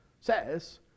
says